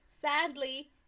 Sadly